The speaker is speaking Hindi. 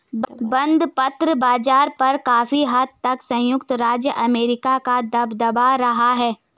बंधपत्र बाज़ार पर काफी हद तक संयुक्त राज्य अमेरिका का दबदबा रहा है